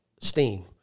steam